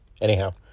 anyhow